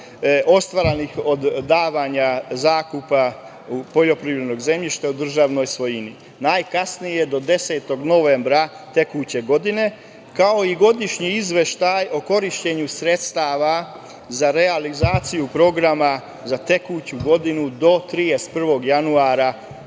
ostvarenih od davanja zakupa poljoprivrednog zemljišta u državnoj svojini najkasnije do 10. novembra tekuće godine, kao i godišnji izveštaj o korišćenju sredstava za realizaciju programa za tekuću godinu do 31. januara